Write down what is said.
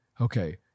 Okay